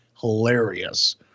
hilarious